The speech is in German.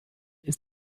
ist